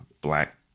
black